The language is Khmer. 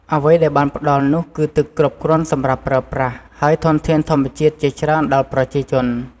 អ្វីដែលបានផ្តល់នោះគឺទឹកគ្រប់គ្រាន់សម្រាប់ប្រើប្រាស់ ហើយធនធានធម្មជាតិជាច្រើនដល់ប្រជាជន។